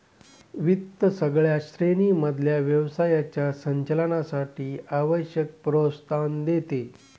वित्त सगळ्या श्रेणी मधल्या व्यवसायाच्या संचालनासाठी आवश्यक प्रोत्साहन देते